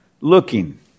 looking